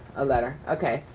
a letter, okay.